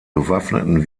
bewaffneten